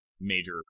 major